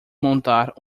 montar